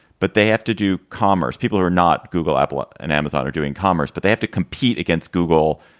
but they have to do commerce. people who are not google, apple and amazon are doing commerce, but they have to compete against google,